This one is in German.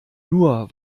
nur